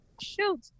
shoot